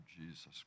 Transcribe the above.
Jesus